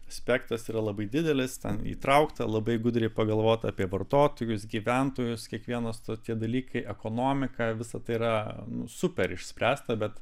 aspektas yra labai didelis ten įtraukta labai gudriai pagalvota apie vartotojus gyventojus kiekvienas to tie dalykai ekonomika visa tai yra super išspręsta bet